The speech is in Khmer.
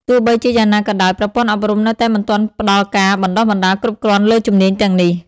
ទោះបីជាយ៉ាងណាក៏ដោយ ប្រព័ន្ធអប់រំនៅតែមិនទាន់ផ្តល់ការបណ្តុះបណ្តាលគ្រប់គ្រាន់លើជំនាញទាំងនេះ។